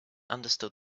understood